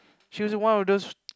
she was in one of those